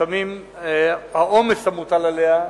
שלפעמים העומס המוטל עליה,